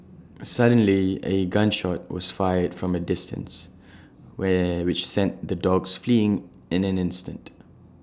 suddenly A gun shot was fired from A distance where which sent the dogs fleeing in an instant